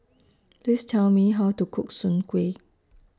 Please Tell Me How to Cook Soon Kuih